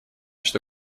что